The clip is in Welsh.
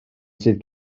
sydd